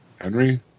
Henry